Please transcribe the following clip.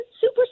super